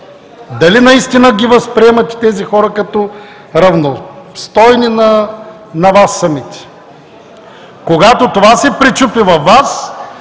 Дали наистина ги възприемате тези хора като равностойни на Вас самите? Когато това се пречупи във Вас